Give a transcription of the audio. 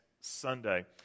Sunday